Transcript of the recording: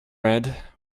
red